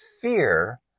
fear